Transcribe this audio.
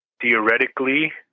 theoretically